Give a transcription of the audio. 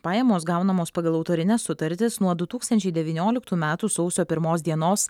pajamos gaunamos pagal autorines sutartis nuo du tūkstančiai devynioliktų metų sausio pirmos dienos